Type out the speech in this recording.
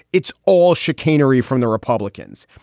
it's all chicanery from the republicans.